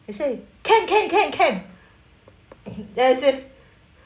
he say can can can can then I say